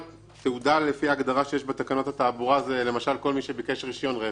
תעודה לפי ההגדרה שיש בתקנות התעבורה זה כל מי שמבקש רישיון רכב,